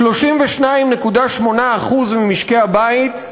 32.8% ממשקי-הבית,